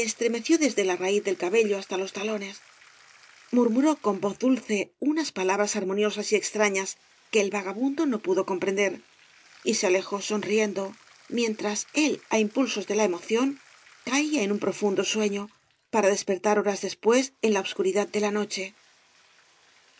ció desde la raíz del cabello hasta los talones murmuró con voz dulce unas palabras armoniosas y extrañas que el vagabundo no pudo comprender y se alejó sonriendo mientras él á impulsos de la emoción caía en un profundo suefio para despertar horas después en la obscuridad de la noche no